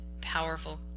powerful